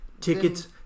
tickets